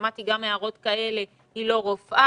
שמעתי גם הערות כאלה היא לא רופאה,